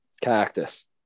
Cactus